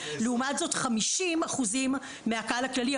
לעומת זאת 50% מהקהל הכללי,